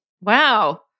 wow